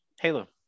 halo